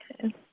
Okay